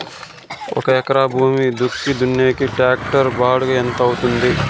ఒక ఎకరా భూమి దుక్కి దున్నేకి టాక్టర్ బాడుగ ఎంత అవుతుంది?